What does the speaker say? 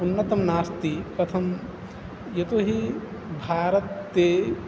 उन्नतं नास्ति कथं यतो हि भारते